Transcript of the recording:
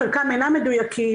חלקם אינם מדויקים,